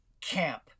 camp